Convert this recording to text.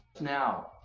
now